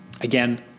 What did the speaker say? Again